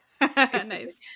Nice